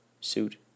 suit